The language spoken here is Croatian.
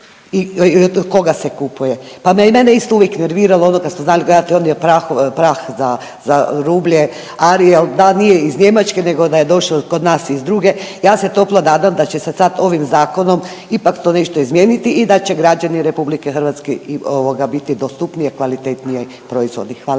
i od koga se kupuje. Pa mene je isto uvijek nerviralo ono kada smo znali gledati onaj prah za rublje Ariel da nije iz Njemačke, nego da je došao kod nas iz druge. Ja se toplo nadam da će se sada ovim Zakonom ipak to nešto izmijeniti i da će građanima Republike Hrvatske biti dostupniji kvalitetniji proizvodi. Hvala